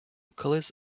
colors